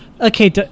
Okay